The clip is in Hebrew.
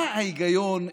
מה ההיגיון,